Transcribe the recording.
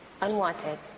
unwanted